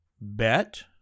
bet